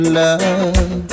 love